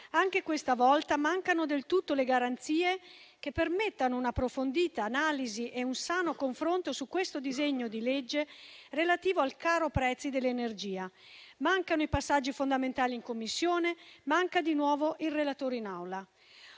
Anche questa volta mancano del tutto le garanzie che permettano un'approfondita analisi e un sano confronto su questo decreto-legge relativo al caro prezzi dell'energia. Mancano i passaggi fondamentali in Commissione, manca di nuovo il relatore in Aula.